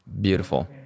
beautiful